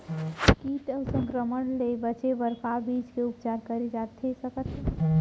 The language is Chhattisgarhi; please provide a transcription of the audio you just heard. किट अऊ संक्रमण ले बचे बर का बीज के उपचार करे जाथे सकत हे?